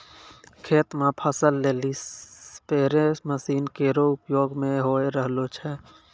खेत म फसल लेलि स्पेरे मसीन केरो उपयोग भी होय रहलो छै